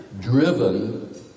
driven